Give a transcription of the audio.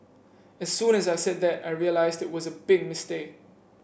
as soon as I said that I realised it was a big mistake